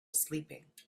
sleeping